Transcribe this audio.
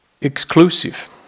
Exclusive